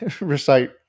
recite